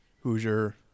Hoosier